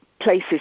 Places